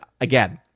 again